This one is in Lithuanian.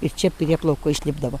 ir čia prieplaukoj išlipdavo